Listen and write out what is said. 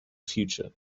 future